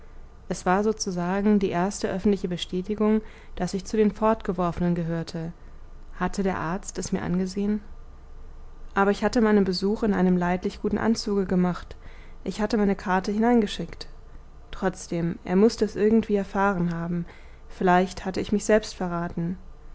es war sozusagen die erste öffentliche bestätigung daß ich zu den fortgeworfenen gehörte hatte der arzt es mir angesehen aber ich hatte meinen besuch in einem leidlich guten anzuge gemacht ich hatte meine karte hineingeschickt trotzdem er mußte es irgendwie erfahren haben vielleicht hatte ich mich selbst verraten